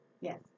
Yes